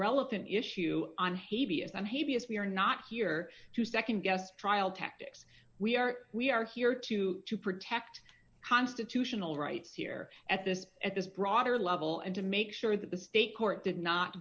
happiest we are not here to nd guess trial tactics we are we are here to to protect constitutional rights here at this at this broader level and to make sure that the state court did not